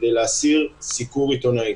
של ח"כ שלמה קרעי.